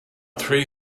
three